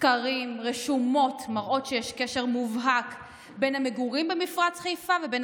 סקרים ורשומות מראים שיש קשר מובהק בין המגורים במפרץ חיפה ובין